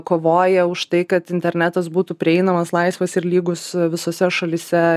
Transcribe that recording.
kovoja už tai kad internetas būtų prieinamas laisvas ir lygus visose šalyse